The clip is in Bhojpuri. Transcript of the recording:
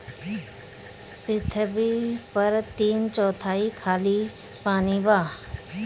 पृथ्वी पर तीन चौथाई खाली पानी बा